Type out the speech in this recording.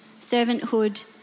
servanthood